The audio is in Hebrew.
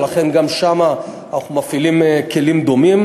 ולכן גם שם אנחנו מפעילים כלים דומים.